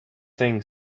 thing